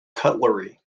cutlery